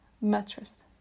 mattress